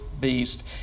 Beast